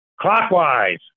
clockwise